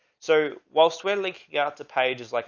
so whilst we're like, yeah, to pages, like